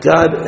God